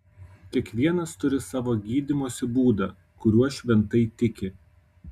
kiekvienas turi savo gydymosi būdą kuriuo šventai tiki